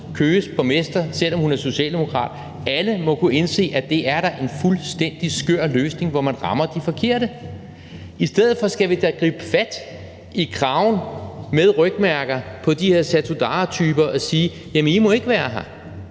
Køges borgmester, selv om hun er socialdemokrat, at det da er en fuldstændig skør løsning, hvor man rammer de forkerte. I stedet for skal vi da gribe fat i kraven på de her Satudarahtyper med rygmærker og sige: I må ikke være her,